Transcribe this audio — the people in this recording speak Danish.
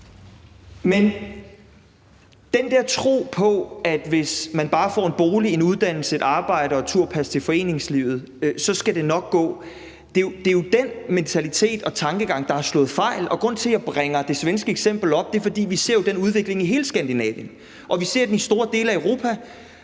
Men den der tro på, at hvis bare man får en bolig, en uddannelse, et arbejde og turpas til foreningslivet, skal det nok gå, er jo den mentalitet og tankegang, der har slået fejl. Grunden til, at jeg bringer det svenske eksempel op, er, at vi ser den udvikling i hele Skandinavien og ser den i store dele af Europa.